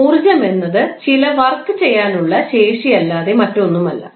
ഊർജ്ജം എന്നത് ചില വർക്ക് ചെയ്യാനുള്ള ശേഷിയല്ലാതെ മറ്റൊന്നുമല്ല